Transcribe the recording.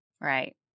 Right